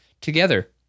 together